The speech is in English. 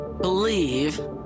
believe